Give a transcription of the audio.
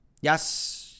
Yes